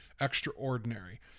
extraordinary